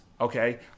Okay